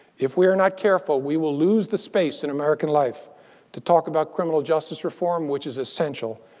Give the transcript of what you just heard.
if we are not careful, we will lose the space in american life to talk about criminal justice reform, which is essential,